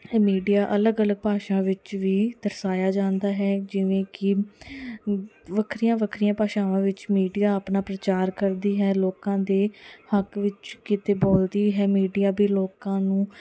media ਅਲੱਗ ਅਲੱਗ ਭਾਸ਼ਾ ਵਿੱਚ ਵੀ ਦਰਸਾਇਆ ਜਾਂਦਾ ਹੈ ਜਿਵੇਂ ਕਿ ਵੱਖਰੀਆਂ ਵੱਖਰੀਆਂ ਭਾਸ਼ਾਵਾਂ ਵਿੱਚ ਮੀਡੀਆ ਆਪਣਾ ਪ੍ਰਚਾਰ ਕਰਦੀ ਹੈ ਲੋਕਾਂ ਦੇ ਹੱਕ ਵਿੱਚ ਕਿਤੇ ਬੋਲਦੀ ਹੈ ਮੀਡੀਆ ਵੀ ਲੋਕਾਂ ਨੂੰ